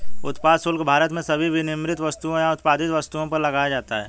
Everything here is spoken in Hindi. उत्पाद शुल्क भारत में सभी विनिर्मित वस्तुओं या उत्पादित वस्तुओं पर लगाया जाता है